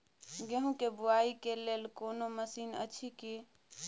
गेहूँ के बुआई के लेल कोनो मसीन अछि की?